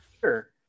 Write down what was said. Sure